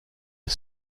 est